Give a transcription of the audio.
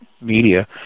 media